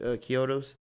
Kyoto's